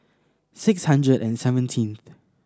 six hundred and seventeenth